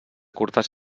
curtes